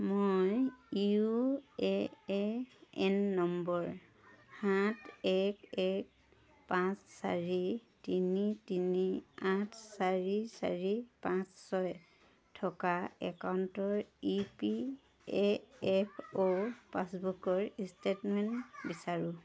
মই U A A N নম্বৰ সাত এক এক পাঁচ চাৰি তিনি তিনি আঠ চাৰি চাৰি পাঁচ ছয় থকা একাউণ্টৰ E P A F O পাছবুকৰ ষ্টেটমেণ্ট বিচাৰোঁ